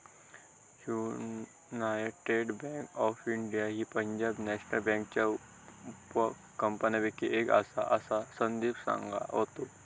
United Bank of India ही Punjab National बँकेच्या उपकंपन्यांपैकी एक आसा, असा संदीप सांगा होतो